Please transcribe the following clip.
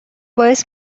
باعث